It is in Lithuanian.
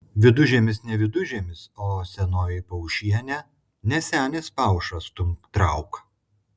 vidužiemis ne vidužiemis o senoji paušienė ne senis pauša stumk trauk